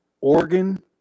Oregon –